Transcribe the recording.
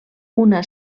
una